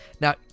Now